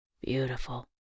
Beautiful